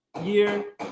year